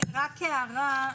רק הערה,